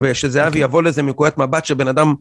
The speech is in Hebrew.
ושזהבי יבוא לזה מנקודת מבט של בן אדם...